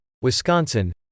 Wisconsin